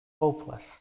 hopeless